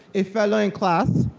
a fellow in class,